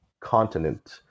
continent